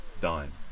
dime